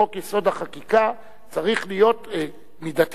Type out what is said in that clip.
חוק-יסוד: החקיקה צריך להיות מידתי,